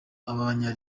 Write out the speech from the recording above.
abanya